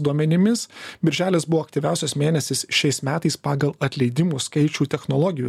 duomenimis birželis buvo aktyviausias mėnesis šiais metais pagal atleidimų skaičių technologijų